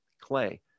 clay